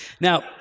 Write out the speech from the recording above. Now